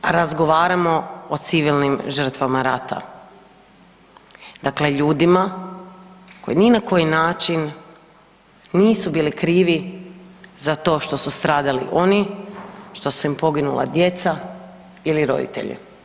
Razgovaramo o civilnim žrtvama rata, dakle ljudima koji ni na koji način nisu bili krivi za to što su stradali oni, što su im poginula djeca ili roditelji.